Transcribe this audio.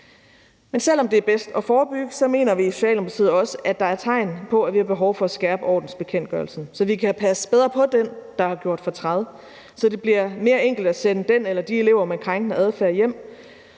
Selv om det er bedst at forebygge, mener vi i Socialdemokratiet også, at der er tegn på, at vi har behov for at skærpe ordensbekendtgørelsen, så vi kan passe bedre på den, der har gjort fortræd, så det bliver mere enkelt at sende den eller de elever med krænkende adfærd hjem,